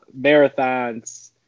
marathons